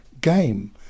game